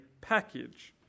package